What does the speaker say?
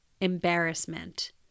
embarrassment